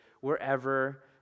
wherever